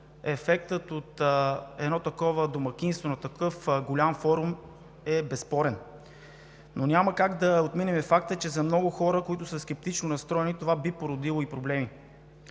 ефектът от домакинство на такъв голям форум е безспорен. Но няма как да отминем и факта, че за много хора, които са скептично настроени, това би породило и проблеми.